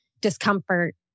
discomfort